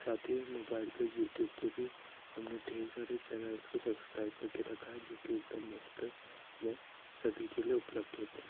साथ ही मोबाईल पर यूट्यूब पर भी हम ने ढ़ेर सारे चैनल्स को सब्स्क्राइब कर के रखा है जो कि एक दम मुफ़्त में सभी के लिए उपलब्ध होते हैं